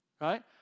right